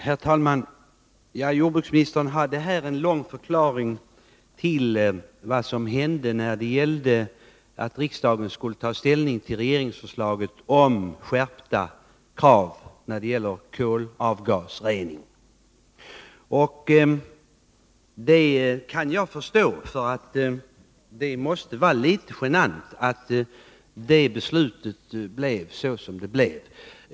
Herr talman! Jordbruksministern gav här en lång förklaring till vad som hände när riksdagen skulle ta ställning till regeringsförslaget om skärpta krav för kolavgasrening— och det kan jag förstå. Det måste vara litet genant att det beslutet blev som det blev.